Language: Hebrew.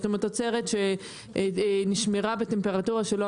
זאת אומרת תוצרת שנשמרה בטמפרטורה שלא